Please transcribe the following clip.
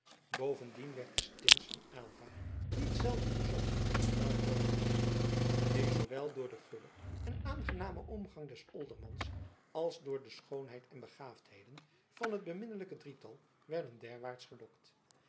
bovendien werd de stins van aylva niet zelden bezocht door welkome gasten die zoowel door den gullen en aangenamen omgang des oldermans als door de schoonheid en begaafdheden van het beminnelijke drietal werden derwaarts gelokt